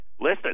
listen